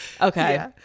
Okay